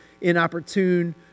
inopportune